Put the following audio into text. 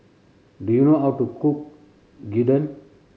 do you know how to cook Gyudon